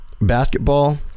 basketball